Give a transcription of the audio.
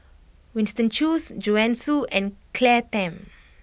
Winston Choos Joanne Soo and Claire Tham